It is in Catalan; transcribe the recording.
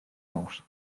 nous